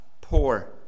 poor